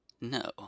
No